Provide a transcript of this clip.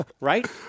Right